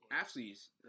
athletes